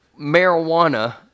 marijuana